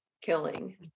killing